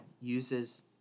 uses